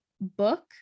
book